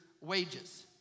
wages